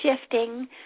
shifting